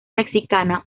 mexicana